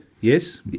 Yes